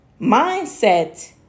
mindset